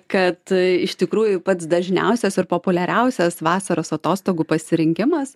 kad iš tikrųjų pats dažniausias ir populiariausias vasaros atostogų pasirinkimas